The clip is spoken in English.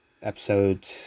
episode